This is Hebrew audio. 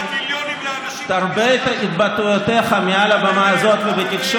על הדוכן מותר להגיד הכול?